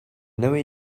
never